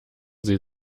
sie